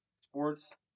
sports